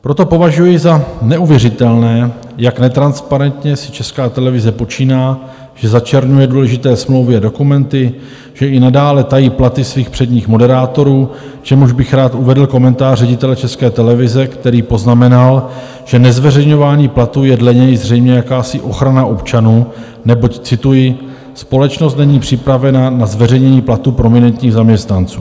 Proto považuji za neuvěřitelné, jak netransparentně si Česká televize počíná, že začerňuje důležité smlouvy a dokumenty, že i nadále tají platy svých předních moderátorů, k čemuž bych rád uvedl komentář ředitele České televize, který poznamenal, že nezveřejňování platů je dle něj zřejmě jakási ochrana občanů, neboť, cituji, společnost není připravena na zveřejnění platů prominentních zaměstnanců.